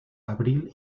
abril